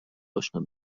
اشنا